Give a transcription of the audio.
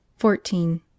fourteen